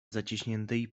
zaciśniętej